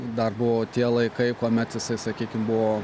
dar buvo tie laikai kuomet jisai sakykim buvo